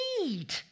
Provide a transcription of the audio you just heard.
need